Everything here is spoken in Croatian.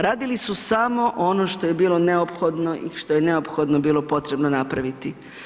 Radili su samo ono što je bilo neophodno i što je neophodno bilo potrebno napraviti.